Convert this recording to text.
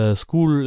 school